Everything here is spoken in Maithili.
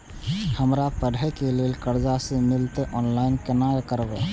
हमरा पढ़े के लेल कर्जा जे मिलते ऑनलाइन केना करबे?